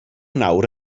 nawr